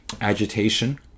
agitation